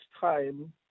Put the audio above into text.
time